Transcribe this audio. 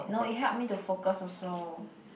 no it helped me to focus also